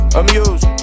amused